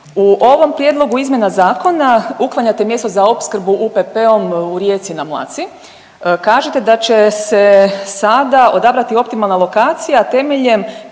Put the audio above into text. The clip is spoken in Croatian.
U ovom prijedlogu izmjena zakona uklanjate mjesto za opskrbu UPP-om u Rijeci na Mlaci, kažete da ćete se sada odabrati optimalna lokacija temeljem tehničkih,